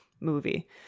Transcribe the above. movie